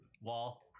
wall